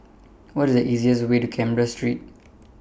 What IS The easiest Way to Canberra Street